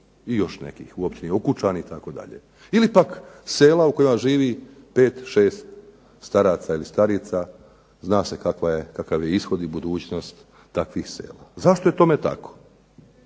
i još nekih u općini Okučani itd. Ili pak sela u kojima živi pet, šest staraca ili starica. Zna se kakav je ishod i budućnost takvih sela. Zašto je tome tako?